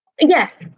Yes